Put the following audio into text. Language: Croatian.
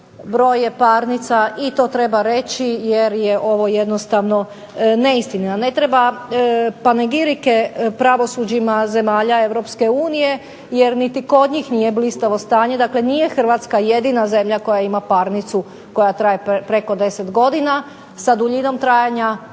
broj je parnica, i to treba reći jer je ovo jednostavno neistina. Ne treba …/Ne razumije se./… pravosuđima zemalja Europske unije, jer niti kod njih nije blistavo stanje, dakle nije Hrvatska jedina zemlja koja ima parnicu koja traje preko 10 godina, sa duljinom trajanja